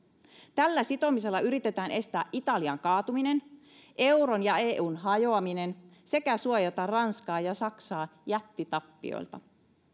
tällä sitomisella yritetään estää italian kaatuminen euron ja eun hajoaminen sekä suojata ranskaa ja saksaa jättitappioilta